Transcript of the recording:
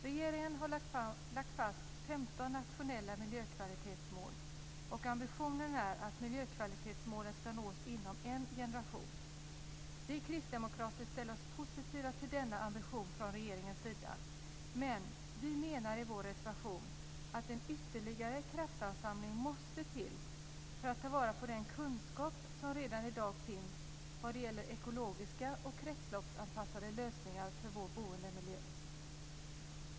Regeringen har lagt fast 15 nationella miljökvalitetsmål, och ambitionen är att dessa mål ska nås inom en generation. Vi kristdemokrater ställer oss positiva till denna ambition från regeringens sida, men vi menar i vår reservation att en ytterligare kraftansamling måste till för att ta till vara den kunskap som redan i dag finns vad gäller ekologiska och kretsloppsanpassade lösningar för vår boendemiljö.